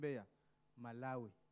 Malawi